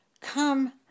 come